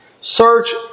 Search